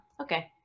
okay